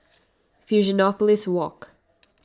Fusionopolis Walk